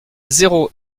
zéro